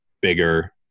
bigger